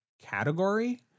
category